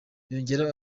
yongeraho